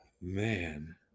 Man